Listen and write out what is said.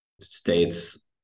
states